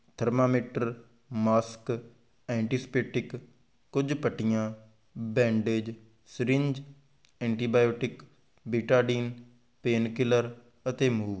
thermometer mask antiseptic ਕੁਝ ਪੱਟੀਆਂ bandage syringe antibiotic betadine pain killer ਅਤੇ ਮੂਵ